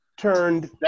Turned